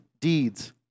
deeds